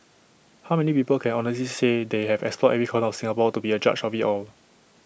how many people can honestly say they have explored every corner of Singapore to be A judge of IT all